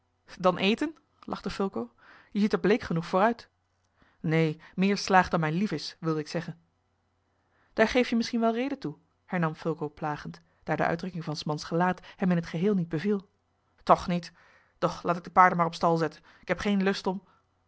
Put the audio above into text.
dan eten lachte fulco je ziet er bleek genoeg voor uit neen meer slaag dan mij lief is wilde ik zeggen daar geef je misschien wel reden toe hernam fulco plagend daar de uitdrukking van s mans gelaat hem in t geheel niet beviel toch niet toch niet doch laat ik de paarden maar op stal zetten ik heb geen lust om